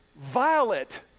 violet